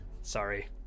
sorry